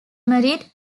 married